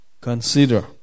consider